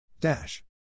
Dash